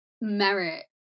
merit